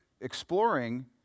exploring